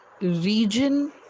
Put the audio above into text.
region